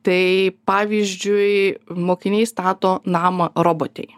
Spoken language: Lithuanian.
tai pavyzdžiui mokiniai stato namą robotei